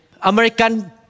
American